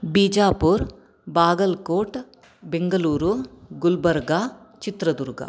Bijapur Bagalkot Bengaluru Gulbarga Chitradurga